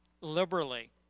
liberally